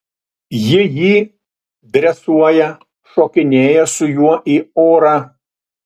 ji jį dresuoja šokinėja su juo į orą